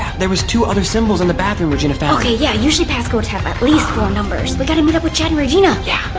there was two other symbols in the bathroom regina found. okay, yeah. usually pass codes have at least four numbers. we gotta meet up with chad and regina. yeah.